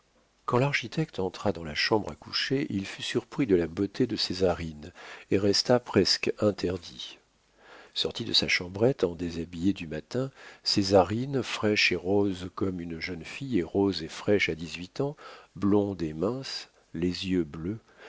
quand l'architecte entra dans la chambre à coucher il fut surpris de la beauté de césarine et resta presque interdit sortie de sa chambrette en déshabillé du matin césarine fraîche et rose comme une jeune fille est rose et fraîche à dix-huit ans blonde et mince les yeux bleus